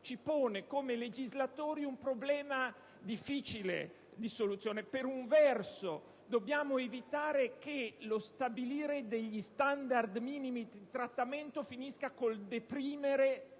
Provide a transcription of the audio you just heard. ci pone, come legislatori, un problema di difficile soluzione: per un verso dobbiamo evitare che lo stabilire degli standard minimi di trattamento finisca col deprimere